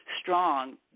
strong